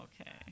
okay